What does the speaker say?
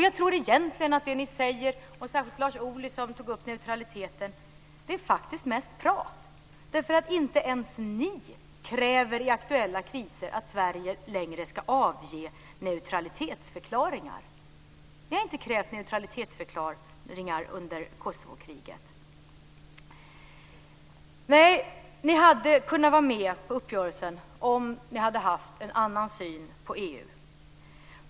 Jag tror egentligen att det ni säger - särskilt Lars Ohly, som tog upp neutraliteten - faktiskt är mest prat. Inte ens ni kräver i aktuella kriser att Sverige längre ska avge neutralitetsförklaringar. Ni har inte krävt neutralitetsförklaringar under Kosovokriget. Ni hade kunnat vara med i uppgörelsen, om ni hade haft en annan syn på EU.